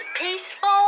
peaceful